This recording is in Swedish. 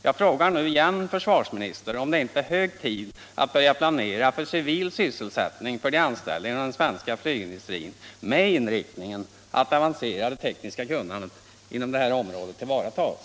Jag frågar nu igen försvarsministern om det inte är hög tid att börja planera för civila sysselsättningar för de anställda inom den svenska flygindustrin med inriktningen att det avancerade tekniska kunnandet inom denna industri tillvaratas?